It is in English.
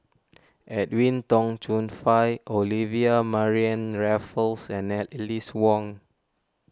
Edwin Tong Chun Fai Olivia Mariamne Raffles and Alice Ong